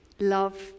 love